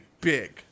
big